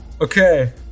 Okay